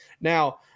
Now